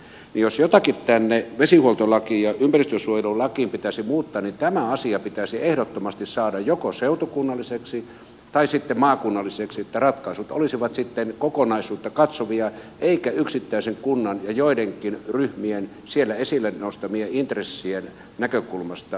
jos jotakin vesihuoltolakiin ja ympäristönsuojelulakiin pitäisi muuttaa niin tämä asia pitäisi ehdottomasti saada joko seutukunnalliseksi tai sitten maakunnalliseksi niin että ratkaisut olisivat sitten kokonaisuutta katsovia eivätkä yksittäisen kunnan ja joidenkin ryhmien siellä esille nostamien intressien näkökulmasta ratkaistuja